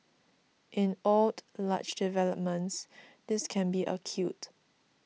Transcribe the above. in old large developments this can be acute